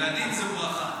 ילדים זה ברכה.